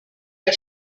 der